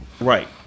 Right